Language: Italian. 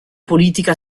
politica